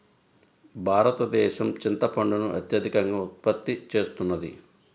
భారతదేశం చింతపండును అత్యధికంగా ఉత్పత్తి చేస్తున్నది